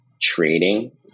trading